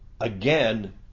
again